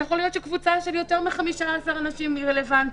יכול להיות שקבוצה של יותר מ-15 אנשים היא רלוונטית.